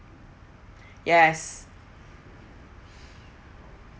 yes